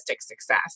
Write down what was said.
success